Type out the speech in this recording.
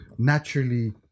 naturally